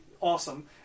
awesome